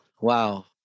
Wow